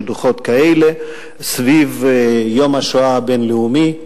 דוחות כאלה סביב יום השואה הבין-לאומי,